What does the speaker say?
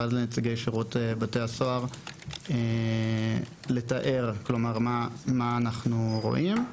ואז לנציגי שירות בתי הסוהר לתאר מה אנחנו רואים.